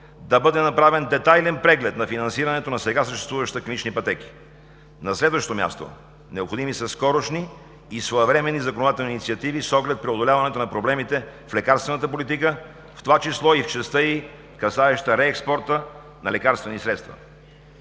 да бъде направен детайлен преглед на финансирането на сега съществуващите клинични пътеки. На следващо място, необходими са скорошни и своевременни законодателни инициативи с оглед преодоляване на проблемите в лекарствената политика, в това число и в частта ѝ, касаеща реекспорта на лекарствени средства.